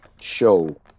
Show